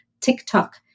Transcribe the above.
TikTok